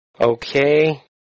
Okay